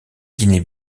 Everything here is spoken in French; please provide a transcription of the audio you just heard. guinée